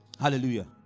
Hallelujah